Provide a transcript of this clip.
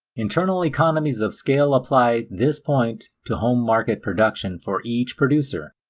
internal economies of scale apply this point to home market production for each producer.